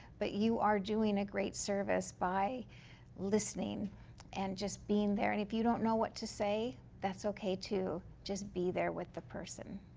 but you are doing a great service by listening and just being there. and if you don't know what to say, that's okay too. just be there with the person.